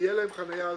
תהיה להם חניה זמינה.